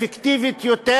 אפקטיבית יותר,